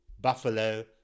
Buffalo